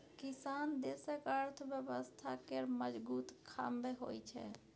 किसान देशक अर्थव्यवस्था केर मजगुत खाम्ह होइ छै